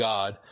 God